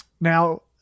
now